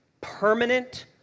permanent